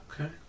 Okay